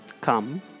come